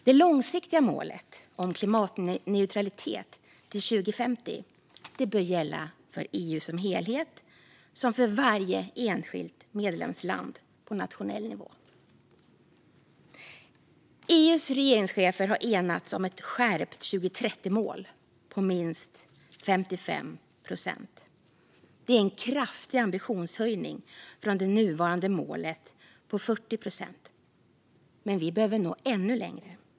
Det långsiktiga målet om klimatneutralitet till 2050 bör gälla såväl för EU som helhet som för varje enskilt medlemsland på nationell nivå. EU:s regeringschefer har enats om ett skärpt 2030-mål på minst 55 procents minskning. Det är en kraftig ambitionshöjning från det nuvarande målet på 40 procent, men vi behöver nå ännu längre.